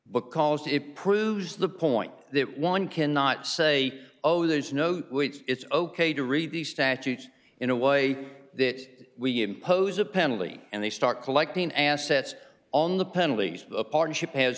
because it proves the point that one cannot say oh there's no way it's ok to read these statutes in a way that we impose a penalty and they start collecting assets on the penalties a partnership has